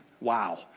Wow